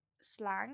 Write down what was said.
slang